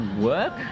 work